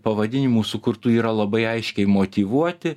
pavadinimų sukurtų yra labai aiškiai motyvuoti